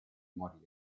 morire